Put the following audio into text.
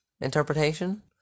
interpretation